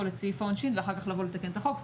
את סעיף העונשין ואחר כך לתקן את החוק.